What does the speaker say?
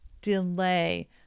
delay